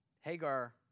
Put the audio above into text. Hagar